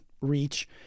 reach